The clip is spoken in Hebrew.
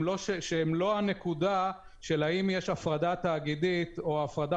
לא הנקודה של האם יש הפרדה תאגידית או הפרדה